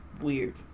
weird